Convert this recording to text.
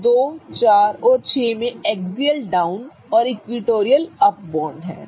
तो 2 4 और 6 में एक्सियल डाउन और इक्विटोरियल अप बॉन्ड हैं